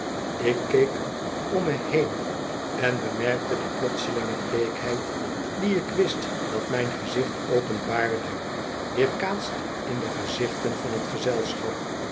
ïk keek om me heen en bemerkte de plotselinge bleekheid die ik wist dat mijn gezicht openbaarde weerkaatst in de gezichten van t gezelschap